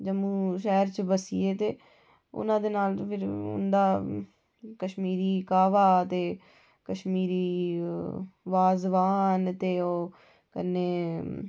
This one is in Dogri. जम्मू शैहर च बस्सी गे ते हुंदै नै फ्ही हुंदा कश्मीरी काह्वा ते कश्मीरी वाज़वान ते ओह् कन्नै